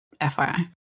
FYI